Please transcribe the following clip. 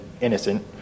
innocent